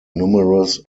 numerous